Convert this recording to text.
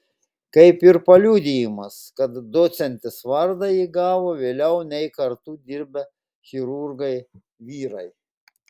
kaip ir paliudijimas kad docentės vardą ji gavo vėliau nei kartu dirbę chirurgai vyrai